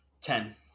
Ten